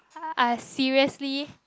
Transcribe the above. are seriously